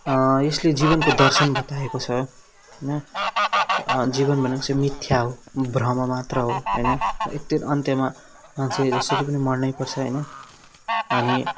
यसले जीवनको दर्शन बताएको छ होइन जीवन भनेको चाहिँ मिथ्या हो भ्रम मात्र हो होइन एक दिन अन्त्यमा मान्छे जसरी पनि मर्नै पर्छ होइन अनि